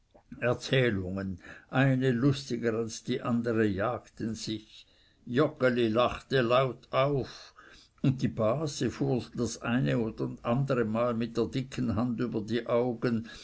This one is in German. erzählungen eine lustiger als die andere jagten sich joggeli lachte laut auf und die base fuhr ein über das andere mal mit der dicken hand über die augen